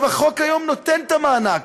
החוק היום נותן את המענק,